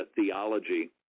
theology